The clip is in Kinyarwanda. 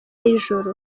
y’ijoro